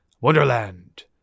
Wonderland